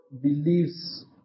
believes